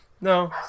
no